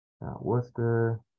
Worcester